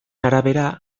arabera